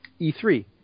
E3